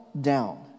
down